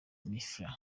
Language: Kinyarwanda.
mehfira